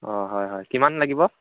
অঁ হয় হয় কিমান লাগিব